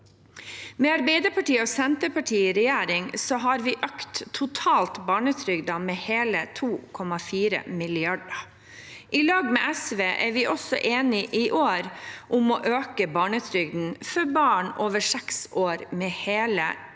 Med Arbeiderpartiet og Senterpartiet i regjering har vi totalt økt barnetrygden med hele 2,4 mrd. kr. I lag med SV er vi enige om å øke barnetrygden for barn over 6 år med hele 1,9 mrd.